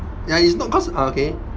ya it's not cause uh okay